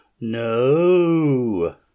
No